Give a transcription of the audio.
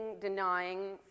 denying